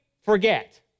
forget